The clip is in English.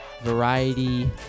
variety